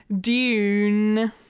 Dune